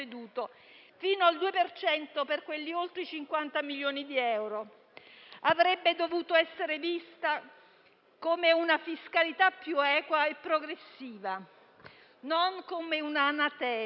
per cento per quelli di oltre 50 milioni di euro. Avrebbe dovuto essere vista come una fiscalità più equa e progressiva, non come un anatema.